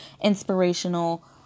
inspirational